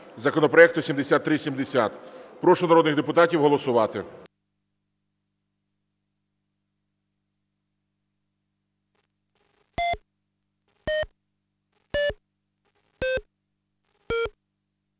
законопроекту 7370. Прошу народних депутатів голосувати.